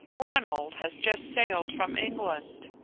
ronald has just sailed from england.